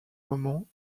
moment